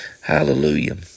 Hallelujah